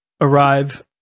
arrive